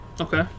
Okay